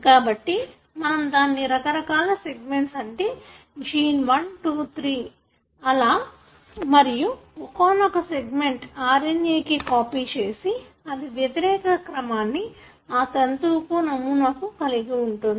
కాబట్టి మనం దాన్ని రకరకాల సెగ్మెంట్స్ అంటే జీన్ 1 23అలా మరియు ఒకానొక సెగ్మెంట్ RNA కి కాపీ చేసి అది వ్యతిరేక క్రమాన్ని ఆ తంతువుకు నమూనాకు కలిగి ఉంటుంది